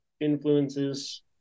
influences